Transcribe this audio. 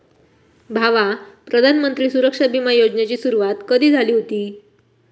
भावा, प्रधानमंत्री सुरक्षा बिमा योजनेची सुरुवात कधी झाली हुती